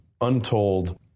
untold